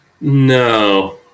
No